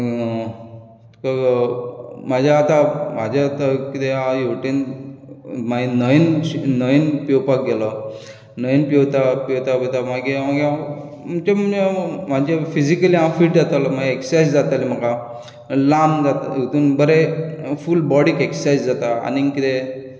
म्हजे आतां म्हजें आतां कितें आहा हेवटेन न्हयेंत न्हयेंत पेंवपाक गेलो न्हयेंत पेंवता पेंवता पेंवता मागीर हांव म्हणजे म्हजे फिजीकली हांव फिट जातालो एक्सरसायज जाताली म्हाका लांब बरे फुल बॉडिक एक्सरसायज जाता आनीक कितें